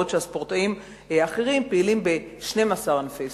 בעוד הספורטאים האחרים פעילים ב-12 ענפי ספורט.